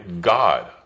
God